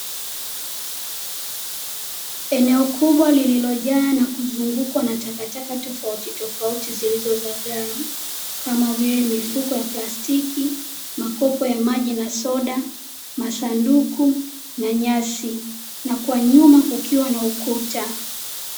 Eneo kubwa lililojaa na kuzungukwa na takataka tofauti tofauti zilizozagaa kama vile: mifuko ya plastiki, makopo ya maji na soda, masanduku na nyasi, na kwa nyuma kukiwa na ukuta.